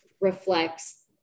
reflects